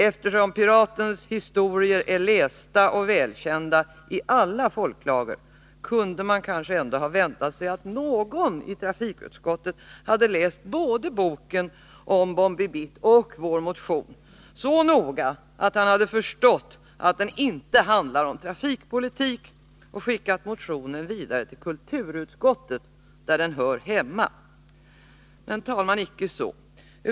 Eftersom Piratens historier är lästa och välkända i alla folklager, kunde man kanske ändå ha väntat sig att någon i trafikutskottet hade läst både boken om Bombi Bitt och vår motion så noga, att han förstått att motionen inte handlade om trafikpolitik och skickat den vidare till kulturutskottet, där den hör hemma. Men, herr talman, icke så!